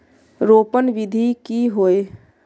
रोपण विधि की होय?